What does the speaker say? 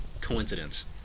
coincidence